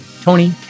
Tony